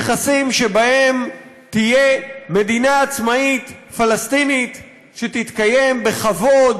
יחסים שבהם תהיה מדינה עצמאית פלסטינית שתתקיים בכבוד,